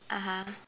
(uh huh)